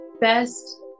best